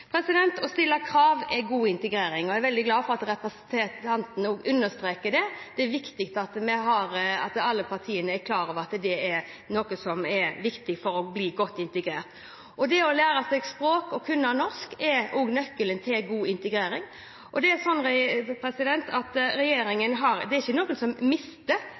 Å stille krav er god integrering, og jeg er veldig glad for at representanten understreker det. Det er viktig at alle partiene er klar over at det er noe som er viktig for å bli godt integrert. Det å lære seg språk og kunne norsk er også nøkkelen til god integrering. Det er ikke noen som mister retten til norskopplæring, men med det store antallet som kommer nå, har det vært viktig å fokusere på dem som